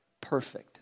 perfect